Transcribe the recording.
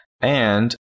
and-